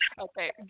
Okay